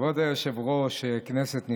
כבוד היושב-ראש, כנסת נכבדה,